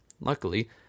Luckily